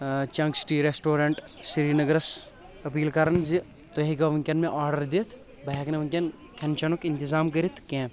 chunk city restaurant سرینگرس appeal کران زِ تُہۍ ہٮ۪کوا ؤنۍ کین مےٚ آرڈر دِتھ بہٕ ہٮ۪کہٕ نہٕ ؤنۍ کٮ۪ن کھٮ۪ن چٮ۪نُک انتظام کٔرتھ کینٛہہ